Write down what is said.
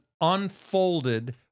unfolded